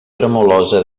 tremolosa